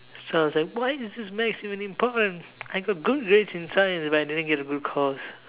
so I was like why is maths is even important I got good grades in science but I didn't get a good course